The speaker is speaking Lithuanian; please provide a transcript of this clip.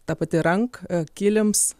ta pati rank kilims